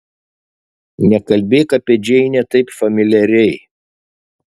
nekalbėk apie džeinę taip familiariai